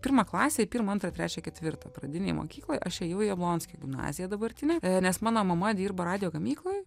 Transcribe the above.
pirmą klasę į pirmą antrą trečią ketvirtą pradinėje mokykloj aš ėjau į jablonskio gimnaziją dabartinę nes mano mama dirbo radijo gamykloj